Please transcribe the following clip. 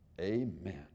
Amen